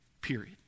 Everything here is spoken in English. period